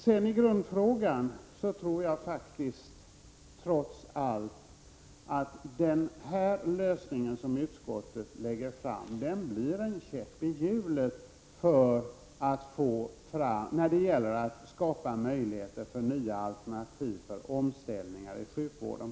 Jag tror trots allt att den lösning som utskottet har lagt fram förslag om blir en käpp i hjulet när det gäller att skapa möjligheter för nya alternativ för omställningar inom sjukvården.